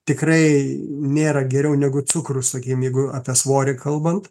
tikrai nėra geriau negu cukrus sakykim jeigu apie svorį kalbant